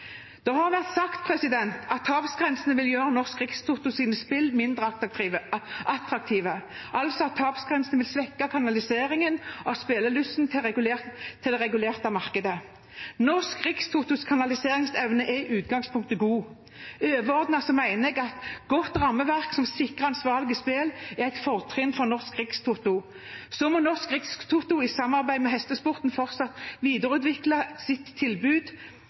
Det har vært sagt at tapsgrensene vil gjøre Norsk Rikstotos spill mindre attraktive, altså at tapsgrensene vil svekke kanaliseringen av spillelysten til det regulerte markedet. Norsk Rikstotos kanaliseringsevne er i utgangspunktet god. Overordnet mener jeg at et godt rammeverk som sikrer ansvarlige spill, er et fortrinn for Norsk Rikstoto. Så må Norsk Rikstoto i samarbeid med hestesporten fortsatt videreutvikle sitt tilbud